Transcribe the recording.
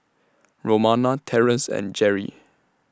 Romona Terence and Jerrie